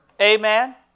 Amen